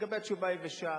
לגבי התשובה היבשה,